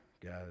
guys